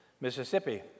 Mississippi